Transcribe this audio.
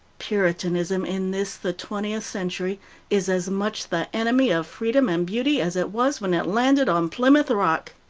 puritanism in this the twentieth century is as much the enemy of freedom and beauty as it was when it landed on plymouth rock.